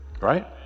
right